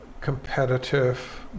competitive